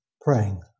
praying